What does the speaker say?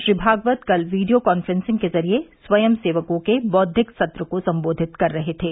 श्री भागवत कल video conferencing के जरिए स्वयंसेवकों के बौद्विक सत्र को सम्बोधित कर रहे थे